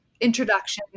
introduction